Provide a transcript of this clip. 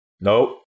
Nope